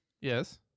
Yes